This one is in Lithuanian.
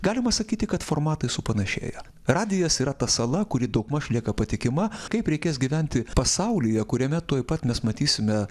galima sakyti kad formatai supanašėja radijas yra ta sala kuri daugmaž lieka patikima kaip reikės gyventi pasaulyje kuriame tuoj pat mes matysime